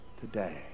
today